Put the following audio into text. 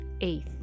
Eighth